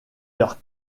leur